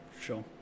sure